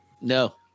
No